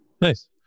Nice